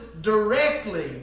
directly